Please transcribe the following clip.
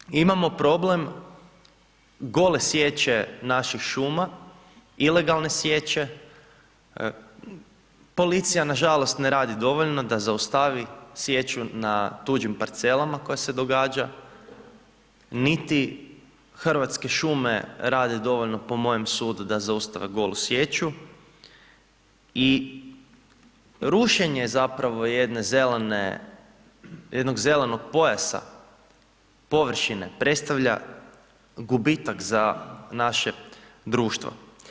Također imamo problem gole sječe naših šuma, ilegalne sječe, policija nažalost ne radi dovoljno da zaustavi sječu na tuđim parcelama koja se događa niti Hrvatske šume rade dovoljno po mojem sudu da zaustave golu sječu i rušenje zapravo jedne zelene, jednog zelenog pojasa, površine predstavlja gubitak za naše društvo.